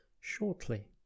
shortly